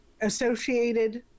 associated